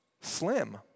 slim